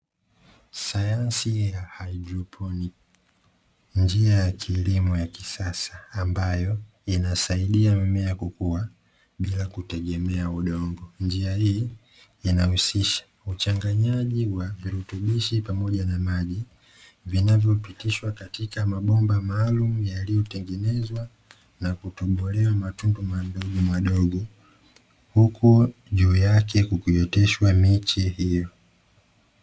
Sayansi ya hydroponi, njia ya kisasa ambayo inasaidia mimea kukua bila kutegemea udongo njia hii inahusisha uchanganyaji wa virutubishi pamoja na maji, vinavyopitishwa katika mabomba maalumu yaliyotengenezwa na kutombolewa matunda madogo madogo huko juu yake kukuyoteshwa michi hiyo